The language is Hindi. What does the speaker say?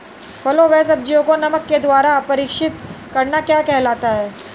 फलों व सब्जियों को नमक के द्वारा परीक्षित करना क्या कहलाता है?